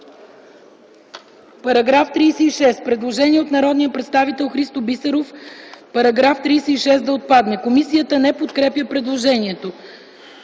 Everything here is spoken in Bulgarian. По § 36 има предложение от народния представител Христо Бисеров -§ 36 да отпадне. Комисията не подкрепя предложението.